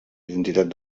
identitat